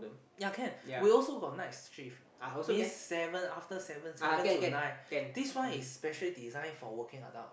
ya can we also got night shift means seven after seven seven to nine this one is specially design for working adults